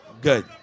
Good